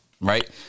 right